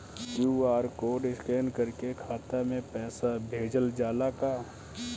QR code scan करके खाता में पैसा भेजल जाला का?